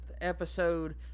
episode